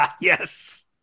Yes